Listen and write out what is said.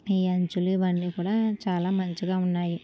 ఈ అంచులు ఇవన్నీ కూడా చాలా మంచిగా ఉన్నాయి